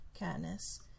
Katniss